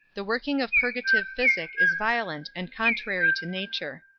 the working of purgative physic is violent and contrary to nature.